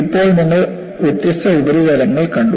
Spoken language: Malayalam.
ഇപ്പോൾ നിങ്ങൾ വ്യത്യസ്ത ഉപരിതലങ്ങൾ കണ്ടു